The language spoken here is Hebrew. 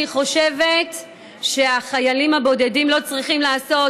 אני חושבת שהחיילים הבודדים לא צריכים לעשות